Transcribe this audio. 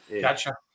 Gotcha